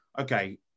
okay